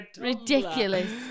ridiculous